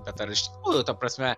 bet ar iš ųjų ta prasme